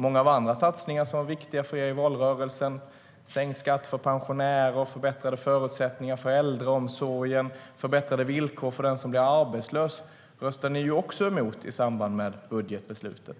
Många andra satsningar som var viktiga för er i valrörelsen - sänkt skatt för pensionärer, förbättrade förutsättningar för äldreomsorgen och förbättrade villkor för den som blir arbetslös - röstade ni också emot i samband med budgetbeslutet.